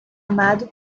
amado